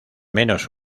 menos